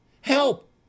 Help